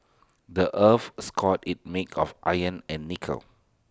the Earth's core is made of iron and nickel